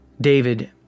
David